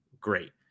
great